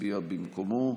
הצביע ממקומו,